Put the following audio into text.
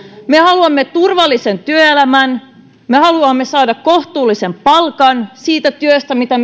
me haluamme turvallisen työelämän me haluamme saada kohtuullisen palkan siitä työstä mitä